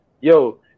yo